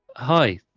Hi